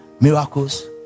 Miracles